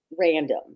random